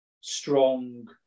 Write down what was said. strong